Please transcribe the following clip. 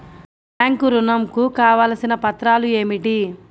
Bank ఋణం కు కావలసిన పత్రాలు ఏమిటి?